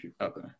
Okay